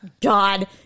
God